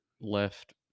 left